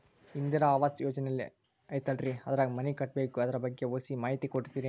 ಇಂದಿರಾ ಆವಾಸ ಯೋಜನೆ ಐತೇಲ್ರಿ ಅದ್ರಾಗ ಮನಿ ಕಟ್ಬೇಕು ಅದರ ಬಗ್ಗೆ ಒಸಿ ಮಾಹಿತಿ ಕೊಡ್ತೇರೆನ್ರಿ?